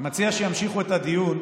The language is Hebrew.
מציע שימשיכו את הדיון,